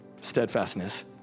steadfastness